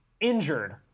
injured